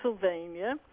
Pennsylvania